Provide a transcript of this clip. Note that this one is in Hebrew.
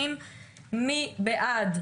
מי בעד?